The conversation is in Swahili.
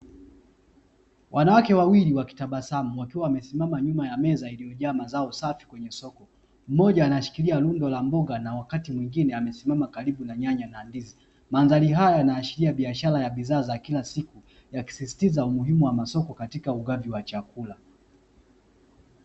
Wanawake wawili wakitabasamu, wakiwa wamesimama nyuma ya meza iliyojaa mazao safi kwenye soko. Mmoja anashikilia lundo la mboga na wakati wingine amesimama karibu na nyanya na ndizi. Madhari haya yanaashiria biashara ya kila siku, yakisisisiza umuhimu wa masoko katika ugavi wa chakula.